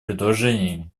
предложениями